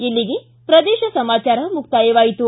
ಇಲ್ಲಿಗೆ ಪ್ರದೇಶ ಸಮಾಚಾರ ಮುಕ್ತಾಯವಾಯಿತು